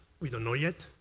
we don't know yet.